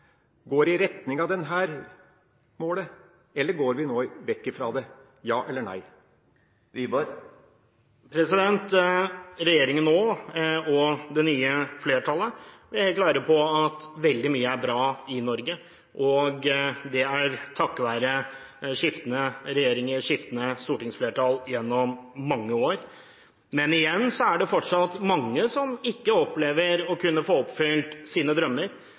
Går det i retning av dette målet, eller går vi nå vekk ifra det – ja eller nei? Regjeringen og det nye flertallet er nå helt klar på at veldig mye er bra i Norge. Det er takket være skiftende regjeringer og skiftende stortingsflertall gjennom mange år. Men det er fortsatt mange som ikke opplever å kunne få oppfylt sine drømmer.